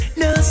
no